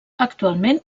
actualment